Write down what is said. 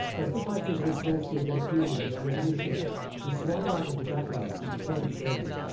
as the fighters exhausted their fuel and ammunition and swung out of the battle to return to base,